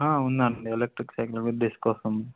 ఉందండి electric cycle with disc వస్తుంది